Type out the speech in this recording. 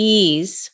ease